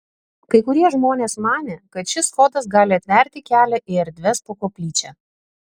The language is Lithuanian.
kai kurie žmonės manė kad šis kodas gali atverti kelią į erdves po koplyčia